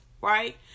right